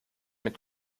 mit